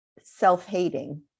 self-hating